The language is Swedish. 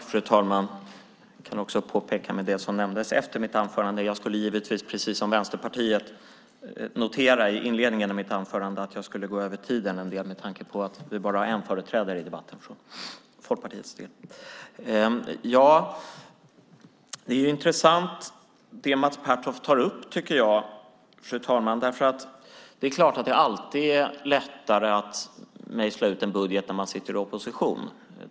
Fru talman! Jag kan påpeka att jag givetvis precis som Vänsterpartiet borde ha noterat i inledningen av mitt anförande att jag skulle överskrida den anmälda talartiden en del med tanke på att vi bara har en företrädare i debatten för Folkpartiets del. Fru talman! Det Mats Pertoft tar upp är intressant. Det är klart att det alltid är lättare att mejsla ut en budget när man sitter i opposition.